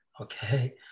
okay